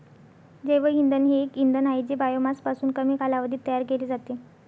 जैवइंधन हे एक इंधन आहे जे बायोमासपासून कमी कालावधीत तयार केले जाते